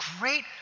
great